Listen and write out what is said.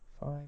five